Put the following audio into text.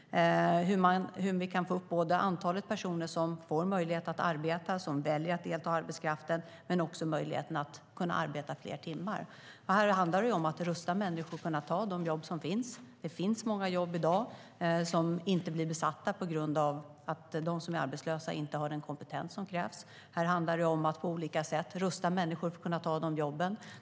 Det gäller hur man kan öka antalet personer som får möjlighet att arbeta, som väljer att delta i arbetskraften och som får möjlighet att arbeta fler timmar. Här handlar det om att rusta människor för att de ska kunna ta de jobb som finns. Det är många jobb i dag som inte blir tillsatta på grund av att de som är arbetslösa inte har den kompetens som krävs. Vi måste på olika sätt rusta människor för att kunna ta dessa jobb.